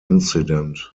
incident